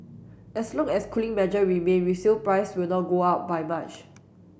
as long as cooling measure remain resale price will not go up by much